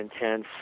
intense